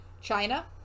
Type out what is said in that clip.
China